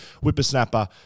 Whippersnapper